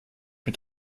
mit